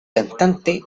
cantante